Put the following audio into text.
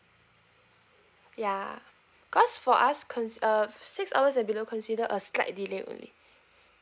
ya cause for us cons~ err six hours and below considered a slight delay only